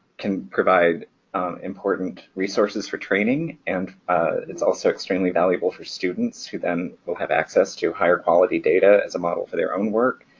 can provide important resources for training and it's also extremely valuable for students who then will have access to higher quality data as a model for their own work.